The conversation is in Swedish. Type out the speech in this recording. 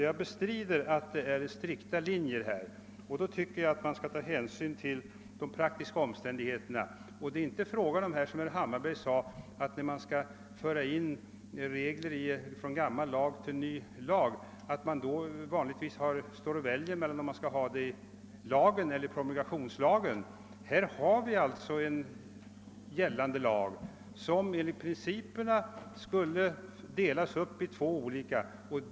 Jag bestrider alltså att det är fråga om någ ra strikta linjer. Därför tycker jag att man bör ta hänsyn till de praktiska omständigheterna. Herr Hammarberg sade att när man skall föra över regler från en gammal till en ny lag väljer man vanligtvis mellan om man skall ha dem i själva lagen eller i promulgationslagen. Så förhåller det sig inte. Här har vi en gällande lag som enligt principerna skall delas upp i två olika lagar.